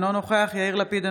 אינו נוכח יאיר לפיד,